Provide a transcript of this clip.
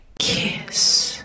KISS